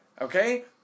Okay